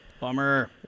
Bummer